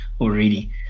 already